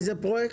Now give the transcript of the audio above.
איזה פרויקט?